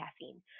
caffeine